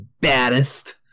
baddest